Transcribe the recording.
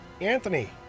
Anthony